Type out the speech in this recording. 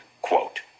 quote